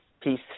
Peace